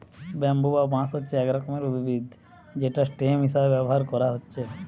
bamboo বা বাঁশ হচ্ছে এক রকমের উদ্ভিদ যেটা স্টেম হিসাবে ব্যাভার কোরা হচ্ছে